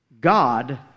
God